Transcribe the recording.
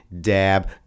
Dab